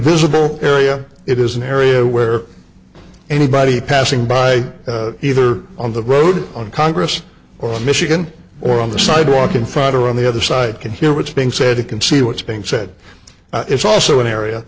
visible area it is an area where anybody passing by either on the road on congress or michigan or on the sidewalk in front or on the other side can hear what's being said you can see what's being said it's also an area